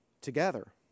together